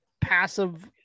passive